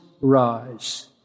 rise